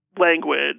language